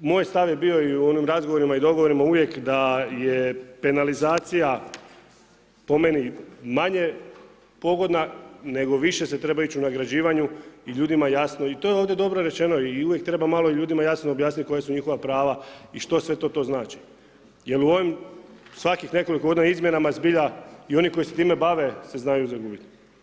moj je stav bio i u onim razgovorima i dogovorima uvijek da je penalizacija po meni manje pogodna nego više se treba ić u nagrađivanju i ljudima je jasno i to je ovdje dobro rečeno i uvijek treba malo jasnije objasniti koja su njihova prava i što sve to to znači jer u ovih svakih nekoliko ... zbilja i oni koji se time bave se znaju zagubiti.